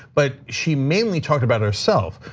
but she mainly talked about herself.